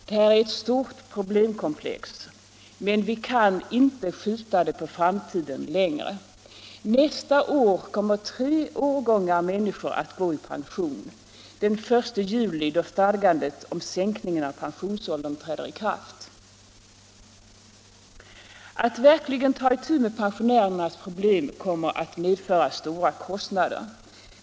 Detta är ett stort problemkomplex, men vi kan inte skjuta det på framtiden längre. Nästa år kommer tre årgångar människor att gå i pension, den 1 juli då stadgandet om sänkningen av pensionsåldern träder i kraft. Att verkligen ta itu med pensionärernas problem kommer att medföra stora kostnader.